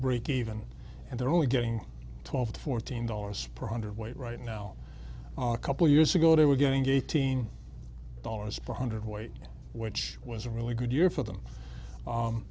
break even and they're only getting twelve to fourteen dollars per hundred weight right now on a couple years ago they were going to eighteen dollars four hundred weight which was a really good year for them